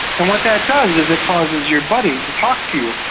and what that does is it causes your buddy to talk to you.